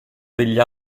degli